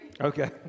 Okay